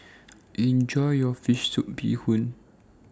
Enjoy your Fish Soup Bee Hoon